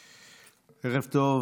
טוב.